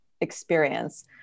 experience